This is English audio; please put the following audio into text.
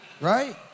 Right